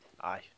Aye